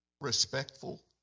respectful